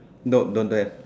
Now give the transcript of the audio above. no don't have